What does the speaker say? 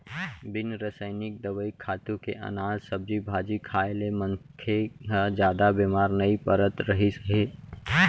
बिन रसइनिक दवई, खातू के अनाज, सब्जी भाजी खाए ले मनखे ह जादा बेमार नइ परत रहिस हे